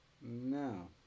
No